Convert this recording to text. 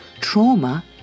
Trauma